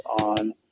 on